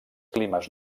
climes